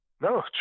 No